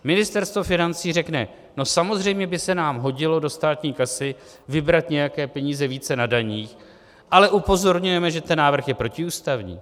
Ministerstvo financí řekne: No samozřejmě by se nám hodilo do státní kasy vybrat nějaké peníze více na daních, ale upozorňujeme, že ten návrh je protiústavní...